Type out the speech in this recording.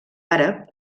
àrab